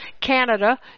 Canada